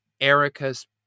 erica's